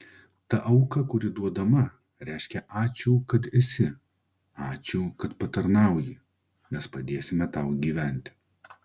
ta auka kuri duodama reiškia ačiū kad esi ačiū kad patarnauji mes padėsime tau gyventi